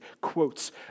quotes